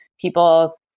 people